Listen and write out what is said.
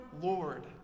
Lord